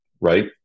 right